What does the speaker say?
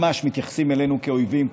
ממש מתייחסים אלינו כאויבים,